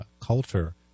culture